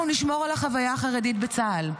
אנחנו נשמור על החוויה החרדית בצה"ל.